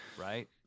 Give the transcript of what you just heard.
right